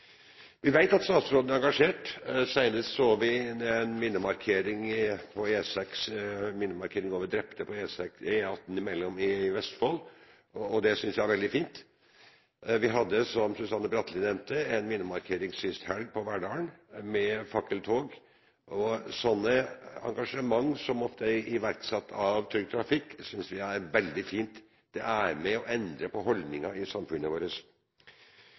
Vi vet at statsråden er engasjert. Senest så vi det ved en minnemarkering over drepte på E18 i Vestfold, og det synes jeg er veldig fint. Vi hadde, som Susanne Bratli nevnte, en minnemarkering sist helg i Verdal, med fakkeltog. Vi synes det er veldig fint med slike engasjementer, som ofte er iverksatt av Trygg Trafikk. Det er med på å endre holdninger i samfunnet vårt.